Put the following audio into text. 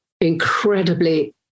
incredibly